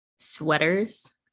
sweaters